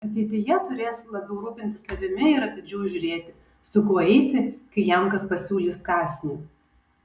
ateityje turės labiau rūpintis savimi ir atidžiau žiūrėti su kuo eiti kai jam kas pasiūlys kąsnį